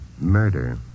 murder